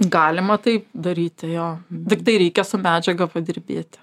galima taip daryti jo tiktai reikia su medžiaga padirbėti